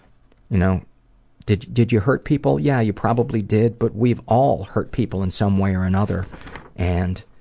you know did did you hurt people? yeah, you probably did, but we've all hurt people in some way or another and